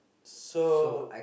so